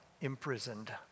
imprisoned